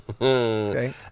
Okay